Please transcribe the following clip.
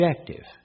objective